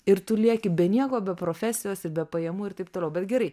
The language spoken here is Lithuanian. ir tu lieki be nieko be profesijos ir be pajamų ir taip toliau bet gerai